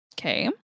okay